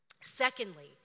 Secondly